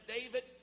David